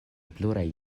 pluraj